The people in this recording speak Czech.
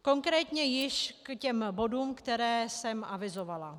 Konkrétně již k těm bodům, které jsem avizovala.